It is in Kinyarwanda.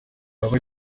bagiye